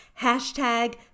Hashtag